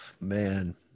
man